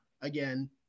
again